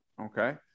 Okay